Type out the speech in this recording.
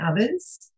others